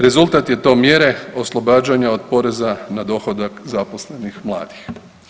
Rezultat je to mjere oslobađanja od poreza na dohodak zaposlenih mladih.